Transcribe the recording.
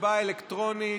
הצבעה אלקטרונית.